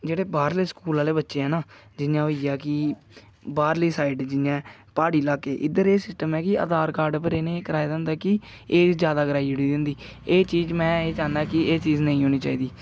जेह्ड़े बाह्रले स्कूल आह्ले बच्चे ऐ ना कि जि'यां होइया कि बाह्रली साइड जि'यां प्हाड़ी लाके इद्धर एह् सिस्टम ऐ कि आधार कार्ड पर इ'नें एह् कराए दा होंदा कि एज जादा कराई ओड़ी दी होंदी एह् चीज में एह् चाह्न्ना कि एह् चीज नेईं होनी चाहिदी